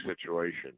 situation